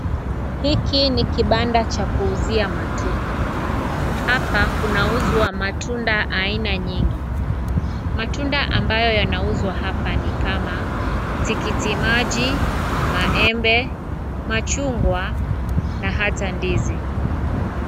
Hiki ni kibanda cha kuuzia matunda. Hapa kunauzwa matunda aina nyingi. Matunda ambayo yanauzwa hapa ni kama tikiti maji, maembe, machungwa, na hata ndizi.